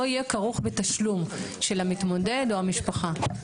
לא יהיה כרוך בתשלום של המתמודד או המשפחה.